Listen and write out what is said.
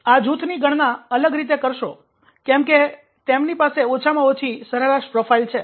આ જૂથની ગણના અલગ રીતે કરશો કેમ કે તેમની પાસે ઓછામાં ઓછી સરેરાશ પ્રોફાઇલ છે